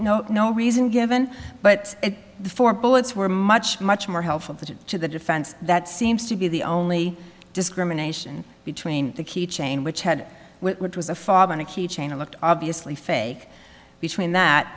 no no reason given but the four bullets were much much more helpful to the defense that seems to be the only discrimination between the key chain which had what was a father in a key chain it looked obviously fake between that